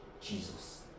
Jesus